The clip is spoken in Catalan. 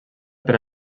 per